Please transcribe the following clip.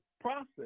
process